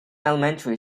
elementary